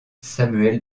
samuel